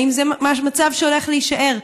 האם זה מצב שהולך להישאר?